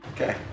Okay